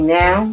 now